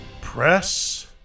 Press